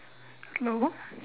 hello